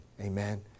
Amen